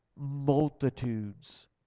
multitudes